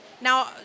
now